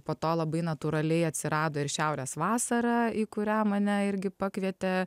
po to labai natūraliai atsirado ir šiaurės vasara į kurią mane irgi pakvietė